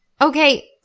Okay